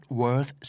worth